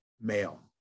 male